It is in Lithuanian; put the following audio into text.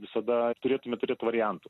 visada turėtume turėt variantų